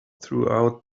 throughout